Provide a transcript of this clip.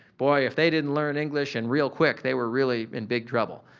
boy if they didn't learn english and real quick, they were really in big trouble.